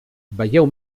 vegeu